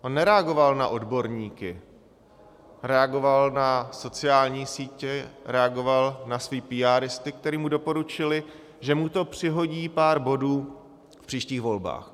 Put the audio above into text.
On nereagoval na odborníky, reagoval na sociální sítě, reagoval na své píáristy, kteří mu doporučili, že mu to přihodí pár bodů v příštích volbách.